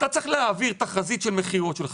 אתה צריך להעביר תחזית של מכירות שלך,